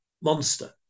monster